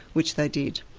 which they did.